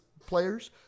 players